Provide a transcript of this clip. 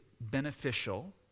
beneficial